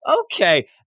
okay